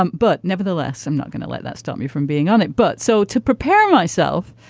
um but nevertheless, i'm not gonna let that stop me from being on it. but so to prepare myself,